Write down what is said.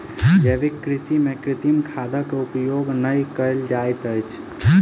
जैविक कृषि में कृत्रिम खादक उपयोग नै कयल जाइत अछि